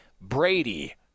Brady